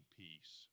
peace